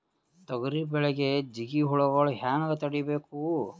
ತೊಗರಿ ಬೆಳೆಗೆ ಜಿಗಿ ಹುಳುಗಳು ಹ್ಯಾಂಗ್ ತಡೀಬೇಕು?